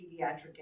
pediatric